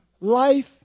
life